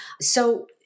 So-